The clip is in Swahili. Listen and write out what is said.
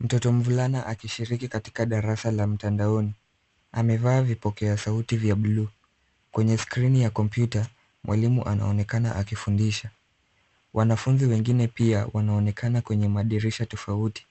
Mtoto mvulana akishiriki katika darasa la mtandaoni amevaa vipokea sauti vya buluu. Kwenye skrini ya kompyuta mwalimu anaonekana akifundisha. Wanafunzi wengine pia wanaonekana kwenye madirisha tofauti.